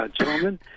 gentlemen